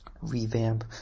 revamp